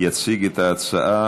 ההצעה